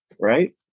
right